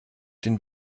den